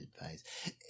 advice